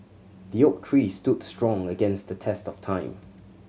the oak tree stood strong against the test of time